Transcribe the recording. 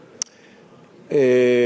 א.